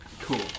Cool